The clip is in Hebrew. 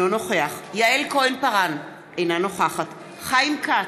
אינו נוכח יעל כהן-פארן, אינה נוכחת חיים כץ,